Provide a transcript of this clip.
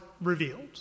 revealed